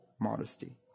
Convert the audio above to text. modesty